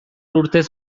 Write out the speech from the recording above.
urtez